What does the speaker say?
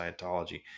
Scientology